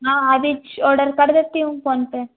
हाँ अभी ऑडर कर देती हूँ फ़ोन पर